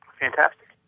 Fantastic